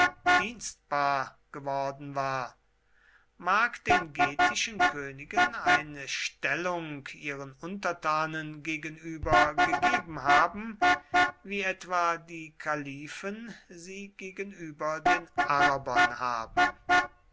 dienstbar geworden war mag den getischen königen eine stellung ihren untertanen gegenüber gegeben haben wie etwa die kalifen sie gegenüber den arabern haben